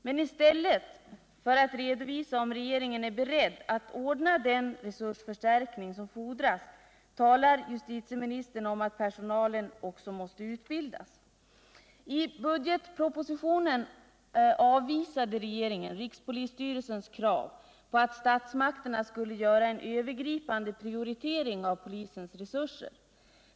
Men i stället för att redovisa om regeringen är beredd att ordna den resursförstärkning som fordras talar justitieministern om att personalen också måste utbildas. I budgetpropositionen avvisade regeringen rikspolisstyrelsens krav på att statsmakterna skulle göra en övergripande prioritering av polisens resurser.